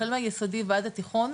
החל מהיסודי ועד התיכון,